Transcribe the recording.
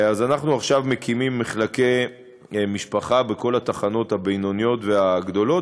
אז אנחנו עכשיו מקימים מחלקי משפחה בכל התחנות הבינוניות והגדולות,